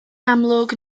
amlwg